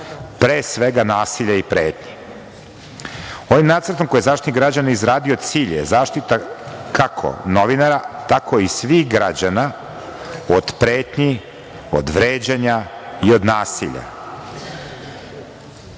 pre svega nasilja i pretnji. Ovaj Nacrt koji je Zaštitnik građana izradio cilj je zaštita kako novinara, tako i svih građana od pretnji, od vređanja i od nasilja. Svedoci